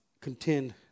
contend